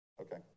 okay